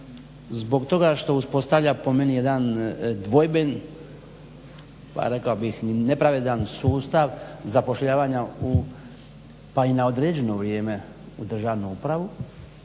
zbog toga što uspostavlja, po meni jedan dvojben, pa rekao bih ni nepravedan sustav zapošljavanja u, pa i na određeno vrijeme, u državnu upravu